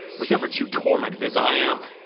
was ever jew tormented as i am?